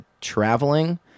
traveling